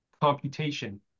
computation